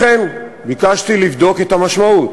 לכן ביקשתי לבדוק את המשמעות